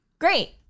Great